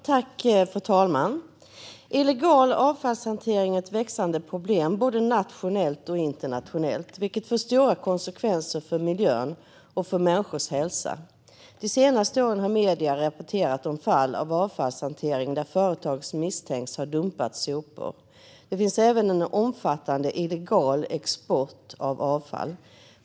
Fru talman! Illegal avfallshantering är ett växande problem både nationellt och internationellt, vilket får stora konsekvenser för miljön och för människors hälsa. De senaste åren har medierna rapporterat om fall av avfallshantering där företag misstänks ha dumpat sopor. Det finns även en omfattande illegal export av avfall.